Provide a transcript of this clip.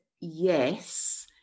yes